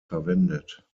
verwendet